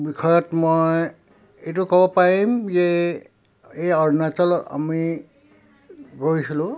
বিষয়ত মই এইটো ক'ব পাৰিম যে এই অৰুণাচল আমি গৈছিলো